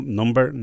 number